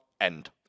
End